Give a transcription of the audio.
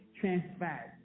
transpired